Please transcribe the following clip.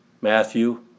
Matthew